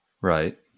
Right